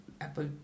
Apple